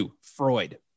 Freud